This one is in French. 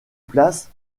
place